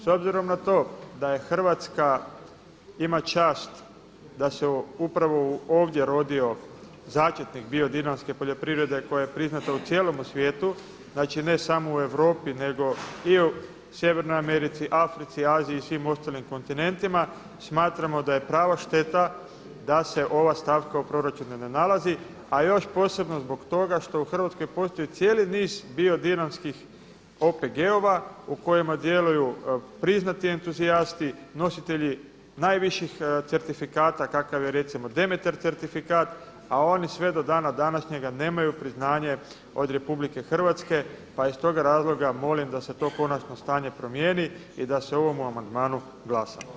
S obzirom na to da Hrvatska ima čast da se upravo ovdje rodio začetnik biodinamske poljoprivrede koja je priznata u cijelome svijetu, znači ne samo u Europi nego i u Sjevernoj Americi, Africi, Aziji i svim ostalim kontinentima, smatramo da je prava šteta da se ova stavka u proračunu ne nalazi, a još posebno zbog toga što u Hrvatskoj postoji cijeli niz biodinamskih OPG-ova u kojima djeluju priznati entuzijasti, nositelji najviših certifikata kakav je recimo Demeter certifikat, a oni sve to dana današnjega nemaju priznanje od Republike Hrvatske pa iz toga razloga molim da se to konačno stanje promijeni i da se o ovom amandmanu glasa.